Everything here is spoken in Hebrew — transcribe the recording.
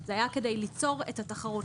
זה היה כדי ליצור את התחרות,